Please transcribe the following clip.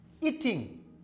eating